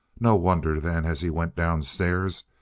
no wonder, then, as he went downstairs,